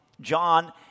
John